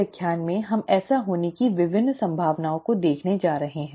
इस व्याख्यान में हम ऐसा होने की विभिन्न संभावनाओं को देखने जा रहे हैं